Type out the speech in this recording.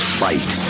fight